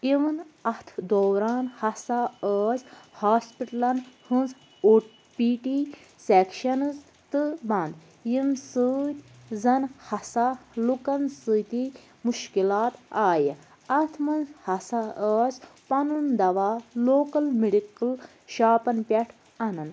اِوٕن اَتھ دوران ہَسا ٲسۍ ہاسپِٹلن ہنٛزۍ او پی ڈی سیٚکشنٕز تہٕ بنٛد یِیٚمہِ سۭتۍ زن ہَسا لوٗکن سۭتی مشکلات آیہِ اَتھ منٛز ہَسا ٲسۍ پنُن دوا لوکل میٚڈِکٕل شاپن پٮ۪ٹھ اَنان